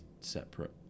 separate